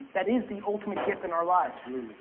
that is the ultimate gift in our lives.